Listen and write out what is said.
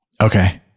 Okay